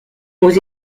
aux